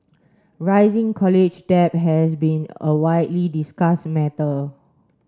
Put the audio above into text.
rising college debt has been a widely discussed matter